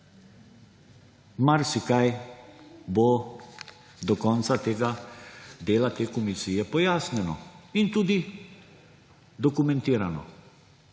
Marsikaj bo do konca dela te komisije pojasnjeno in tudi dokumentirano.